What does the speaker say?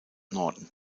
norton